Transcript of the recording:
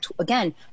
again